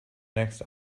next